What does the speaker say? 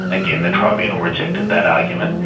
again, the tribunal rejected that argument.